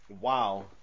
Wow